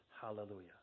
Hallelujah